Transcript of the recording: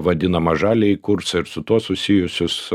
vadinamą žaliąjį kursą ir su tuo susijusius